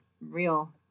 real